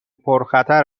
پرخطر